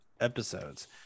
episodes